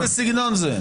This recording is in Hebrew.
איזה סגנון זה?